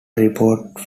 report